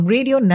Radio